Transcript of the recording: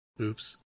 Oops